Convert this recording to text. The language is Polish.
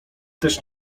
też